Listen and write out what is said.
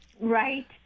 right